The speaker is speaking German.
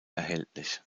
erhältlich